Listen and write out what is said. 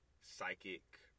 psychic